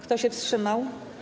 Kto się wstrzymał?